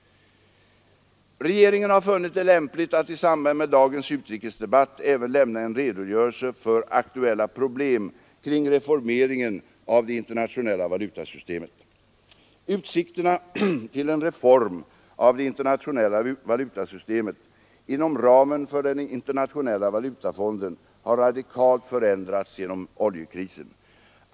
Regeringen har funnit det lämpligt att i samband med dagens utrikesdebatt även lämna en redogörelse för aktuella problem kring reformeringen av det internationella valutasystemet. Utsikterna till en reform av det internationella valutasystemet inom ramen för den internationella valutafonden har radikalt förändrats genom oljekrisen.